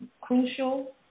crucial